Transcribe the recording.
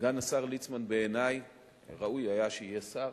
סגן השר ליצמן בעיני ראוי היה שיהיה שר,